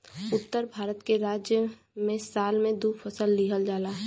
उत्तर भारत के राज्य में साल में दू फसल लिहल जाला